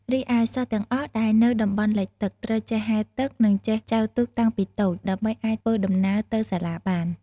រីឯ សិស្សទាំងអស់ដែលនៅតំបន់លិចទឹក ត្រូវចេះហែលទឹក និងចេះចែវទូកតាំងពីតូច ដើម្បីអាចធ្វើដំណើរទៅសាលាបាន។